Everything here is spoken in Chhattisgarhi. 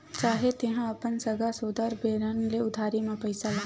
चाहे तेंहा अपन सगा सोदर मेरन ले उधारी म पइसा ला